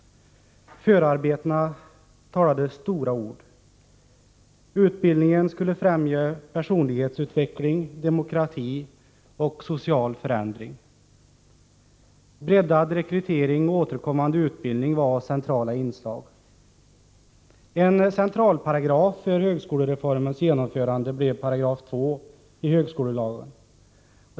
Förarbetena talade stora ord. Utbildningen skulle främja personlighetsutveckling, demokrati och social förändring. Breddad rekrytering och återkommande utbildning var centrala inslag. En centralparagraf vid högskolereformens genomförande blev 2 § i högskolelagen.